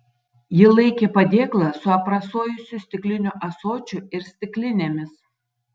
ji laikė padėklą su aprasojusiu stikliniu ąsočiu ir stiklinėmis